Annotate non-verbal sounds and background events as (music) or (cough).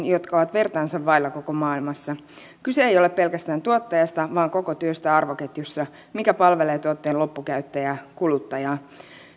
(unintelligible) jotka ovat vertaansa vailla koko maailmassa sekä niiden varmistamiseen kyse ei ole pelkästään tuottajasta vaan koko työstä arvoketjussa mikä palvelee tuotteen loppukäyttäjää kuluttajaa